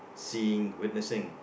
seeing witnessing